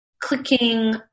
clicking